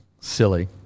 Silly